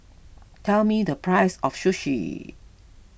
tell me the price of Sushi